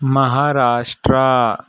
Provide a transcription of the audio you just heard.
Maharashtra